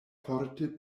forte